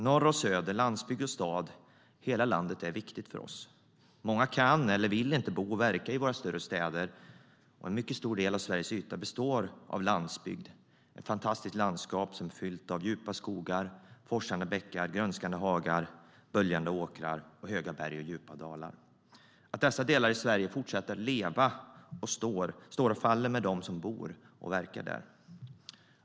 Norr och söder, landsbygd och stad - hela landet är viktigt för oss. Många kan eller vill inte bo och verka i våra större städer. Och en mycket stor del av Sveriges yta består av landsbygd. Det är ett fantastiskt landskap fyllt av djupa skogar, forsande bäckar, grönskande hagar, böljande åkrar, höga berg och djupa dalar. Att dessa delar av Sverige fortsätter att leva står och faller med dem som bor och verkar där.